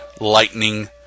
lightning